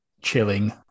chilling